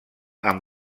amb